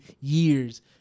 years